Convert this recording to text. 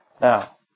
Now